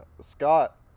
Scott